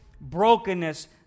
Brokenness